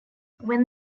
when